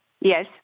Yes